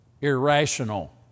irrational